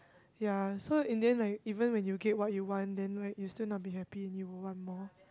ya so in the end like even when you get what you want then like you still not be happy and you will want more